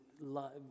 love